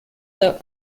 der